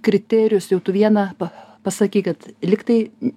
kriterijus jau tu vieną pa pasakei kad lyg tai